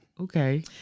Okay